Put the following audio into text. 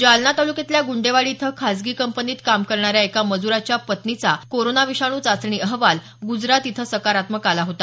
जालना तालुक्यातल्या गुंडेवाडी इथं खासगी कंपनीत काम करणाऱ्या एका मज़्राच्या पत्नीचा कोरोना विषाणू चाचणी अहवाल गुजरात इथं सकारात्मक आला होता